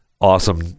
awesome